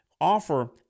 offer